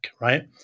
right